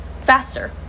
faster